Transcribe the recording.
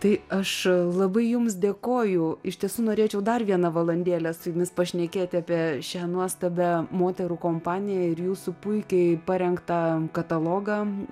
tai aš labai jums dėkoju iš tiesų norėčiau dar vieną valandėlę su jumis pašnekėti apie šią nuostabią moterų kompaniją ir jūsų puikiai parengtą katalogą